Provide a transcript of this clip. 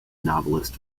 novelist